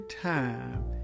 time